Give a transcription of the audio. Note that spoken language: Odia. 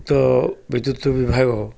ତ ବିଦ୍ୟୁତ ବିଭାଗ